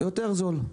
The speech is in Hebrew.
יותר זול.